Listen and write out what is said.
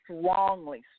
strongly